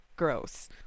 Gross